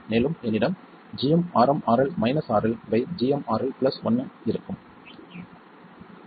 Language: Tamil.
மேலும் என்னிடம் gmRmRL RLgmRL1 இருக்கும்